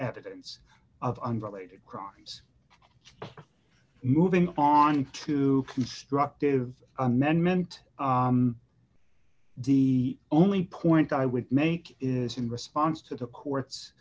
evidence of unrelated crimes moving on to constructive amendment the only point i would make is in response to the court